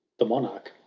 the monarch,